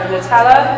Nutella